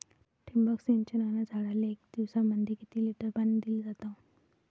ठिबक सिंचनानं झाडाले एक दिवसामंदी किती लिटर पाणी दिलं जातं?